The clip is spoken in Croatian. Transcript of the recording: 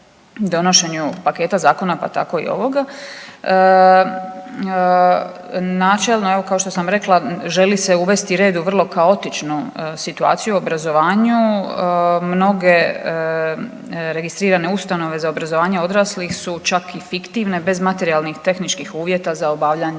paketa zakona pa tako i ovoga. Načelno evo kao što sam rekla želi se uvesti red u vrlo kaotičnu situaciju u obrazovanju. Mnoge registrirane ustanove za obrazovanje odraslih su čak i fiktivne bez materijalnih i tehničkih uvjeta za obavljanje